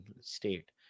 state